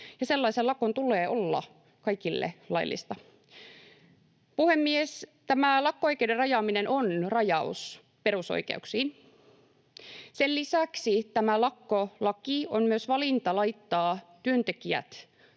Sellaisen lakon tulee olla kaikille laillista. Puhemies! Tämä lakko-oikeuden rajaaminen on rajaus perusoikeuksiin. Sen lisäksi tämä lakkolaki on myös valinta laittaa työntekijät